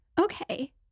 Okay